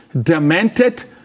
demented